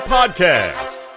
Podcast